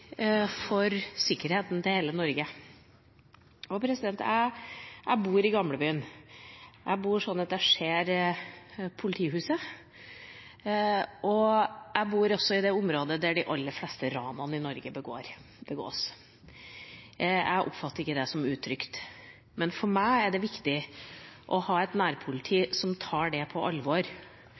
for sikkerheten til hele Norge. Jeg bor i Gamlebyen. Jeg bor sånn at jeg ser politihuset. Jeg bor i det området der også de aller fleste ranene i Norge begås. Jeg oppfatter ikke det som utrygt, men for meg er det viktig å ha et nærpoliti som tar det på alvor.